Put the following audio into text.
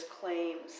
claims